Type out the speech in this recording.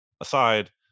aside